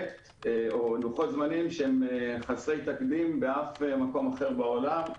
אלה לוחות זמנים שהם חסרי תקדים יחסית לכל מקום אחר בעולם.